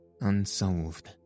unsolved